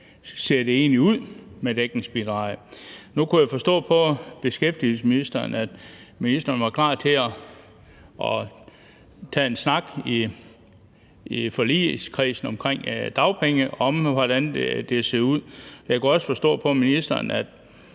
det egentlig ser ud med dækningsbidraget. Nu kunne jeg forstå på beskæftigelsesministeren, at ministeren var klar til at tage en snak i forligskredsen om, hvordan det ser ud med dagpengene. Jeg kunne også forstå på ministeren, at